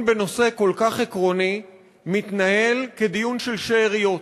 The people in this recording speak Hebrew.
בנושא כל כך עקרוני מתנהל כדיון של שאריות: